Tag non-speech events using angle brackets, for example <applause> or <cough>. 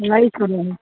<unintelligible>